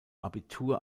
abitur